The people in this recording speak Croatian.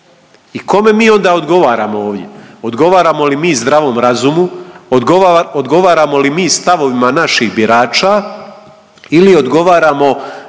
i kome mi onda odgovaramo ovdje? Odgovaramo li mi zdravom razumu, odgovaramo li mi stavovima naših birača ili odgovaramo